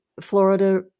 Florida